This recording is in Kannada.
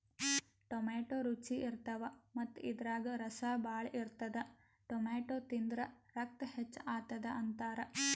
ಟೊಮ್ಯಾಟೋ ರುಚಿ ಇರ್ತವ್ ಮತ್ತ್ ಇದ್ರಾಗ್ ರಸ ಭಾಳ್ ಇರ್ತದ್ ಟೊಮ್ಯಾಟೋ ತಿಂದ್ರ್ ರಕ್ತ ಹೆಚ್ಚ್ ಆತದ್ ಅಂತಾರ್